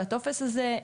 והטופס הזה,